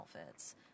outfits